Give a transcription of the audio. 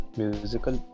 musical